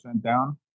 down